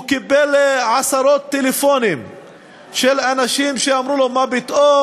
הוא קיבל עשרות טלפונים של אנשים שאמרו לו: מה פתאום,